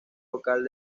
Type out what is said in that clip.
vocal